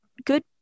good